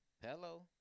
Hello